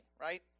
right